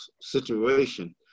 situation